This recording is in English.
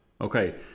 okay